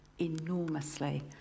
enormously